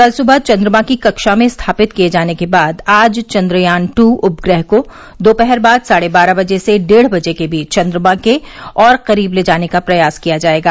कल सुबह चंद्रमा की कक्षा में स्थापित किए जाने के बाद आज चंद्रयान ट् उपग्रह को दोपहर बाद साढे बारह बजे से डेढ बजे के बीच चंद्रमा के और करीब ले जाने का प्रयास किया जाएगा